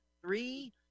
Three